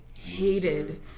Hated